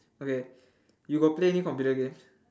okay you got play any computer games